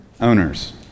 owners